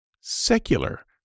Secular